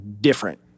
different